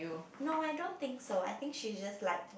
no I don't think so I think she's just like